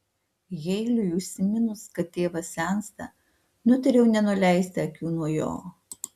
heilui užsiminus kad tėvas sensta nutariau nenuleisti akių nuo jo